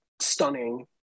stunning